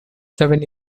seven